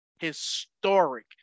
historic